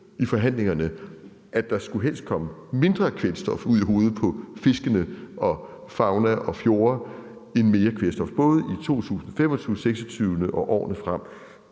i forhandlingerne, at der helst skulle komme mindre kvælstof ud i hovedet på fiskene og faunaen og fjordene end mere kvælstof både i 2025, 2026 og årene frem,